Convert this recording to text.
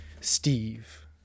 Steve